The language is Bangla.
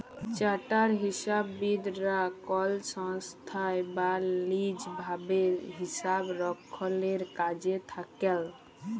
চার্টার্ড হিসাববিদ রা কল সংস্থায় বা লিজ ভাবে হিসাবরক্ষলের কাজে থাক্যেল